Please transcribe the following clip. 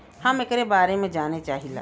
हम एकरे बारे मे जाने चाहीला?